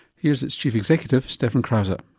here's its chief executive, steffan crausaz.